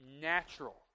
natural